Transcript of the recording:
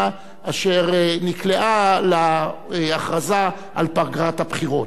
אשר נקלעה להכרזה על פגרת הבחירות.